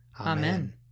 Amen